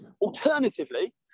Alternatively